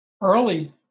early